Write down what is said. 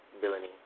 villainy